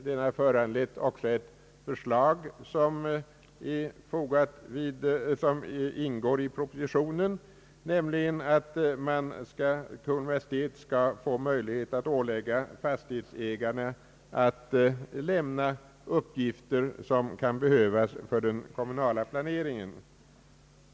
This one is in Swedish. Ut redningen har också föranlett ett förslag som ingår i propositionen, nämligen att Kungl. Maj:t skall ha möjlighet att ålägga fastighetsägarna att lämna uppgifter som kan behövas för den kommunala planeringen.